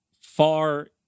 far